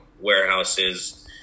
warehouses